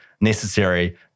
necessary